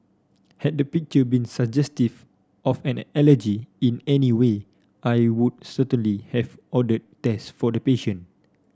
had the picture been suggestive of an allergy in any way I would certainly have ordered test for the patient